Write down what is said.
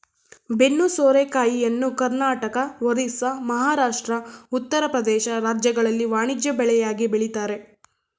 ಬೆನ್ನು ಸೋರೆಕಾಯಿಯನ್ನು ಕರ್ನಾಟಕ, ಒರಿಸ್ಸಾ, ಮಹಾರಾಷ್ಟ್ರ, ಉತ್ತರ ಪ್ರದೇಶ ರಾಜ್ಯಗಳಲ್ಲಿ ವಾಣಿಜ್ಯ ಬೆಳೆಯಾಗಿ ಬೆಳಿತರೆ